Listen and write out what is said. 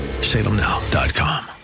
salemnow.com